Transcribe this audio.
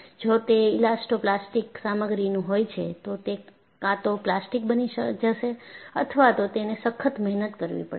જો તે elastoplastic સામગ્રીનું હોય છે તો તે કાં તો પ્લાસ્ટિક બની જશે અથવા તો તેને સખત મહેનત કરવી પડશે